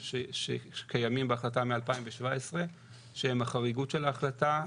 שקיימים בהחלטה מ-2017 שהם החריגוּת של ההחלטה,